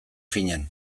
finean